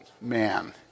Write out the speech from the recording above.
man